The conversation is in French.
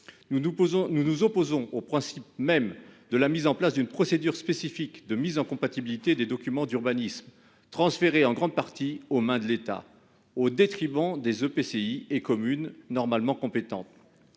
Nous nous opposons au principe même de la mise en place d'une procédure spécifique de mise en compatibilité des documents locaux d'urbanisme transférée en grande partie aux mains de l'État, au détriment des établissements publics de coopération